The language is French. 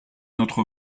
notre